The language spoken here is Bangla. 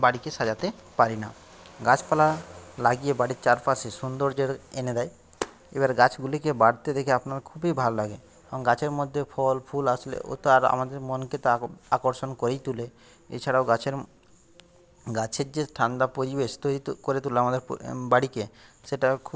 বাড়িকে সাজাতে পারি না গাছপালা লাগিয়ে বাড়ির চারপাশে সৌন্দর্য এনে দেয় এবার গাছগুলিকে বাড়তে দেখে আপনার খুবই ভালো লাগে এবং গাছের মধ্যে ফল ফুল আসলে ও তার আমাদের মনকে আকর্ষণ করেই তোলে এছাড়াও গাছের গাছের যে ঠান্ডা পরিবেশ করে তোলে আমাদের বাড়িকে সেটা খুব